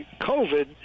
COVID